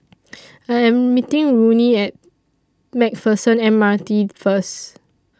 I Am meeting Rodney At MacPherson M R T First